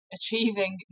achieving